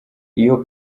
iyo